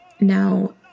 Now